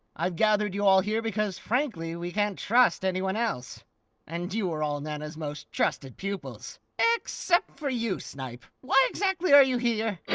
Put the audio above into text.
i've gathered you all here because frankly we can't trust anyone else and you were all nana's most trusted pupils. except for you, snipe. why exactly are you here?